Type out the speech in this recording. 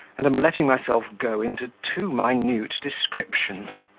and am letting myself go into too minute descriptions.